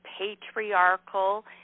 patriarchal